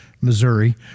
Missouri